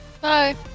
Bye